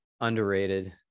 Underrated